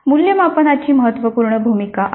मूल्यमापनाची महत्त्वपूर्ण भूमिका आहे